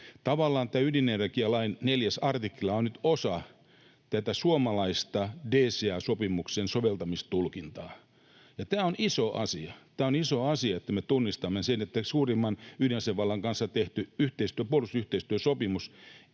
Tavallaan tämän ydinenergialain 4 artikla on nyt osa tätä suomalaista DCA-sopimuksen soveltamistulkintaa, ja tämä on iso asia. Tämä on iso asia, että me tunnistamme sen, että suurimman ydinasevallan kanssa tehty puolustusyhteistyösopimus